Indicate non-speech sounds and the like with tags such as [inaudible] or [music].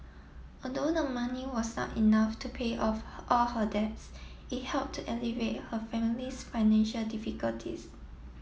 lthough the money was not enough to pay off [unintelligible] all her debts it helped to alleviate her family's financial difficulties